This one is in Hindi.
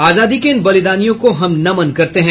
आजादी के इन बलिदानियों को हम नमन करते हैं